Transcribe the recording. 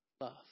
love